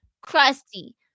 crusty